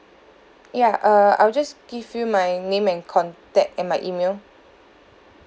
ya err I will just give you my name and contact and my email